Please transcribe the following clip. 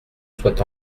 soit